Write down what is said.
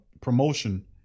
promotion